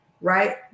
right